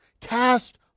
cast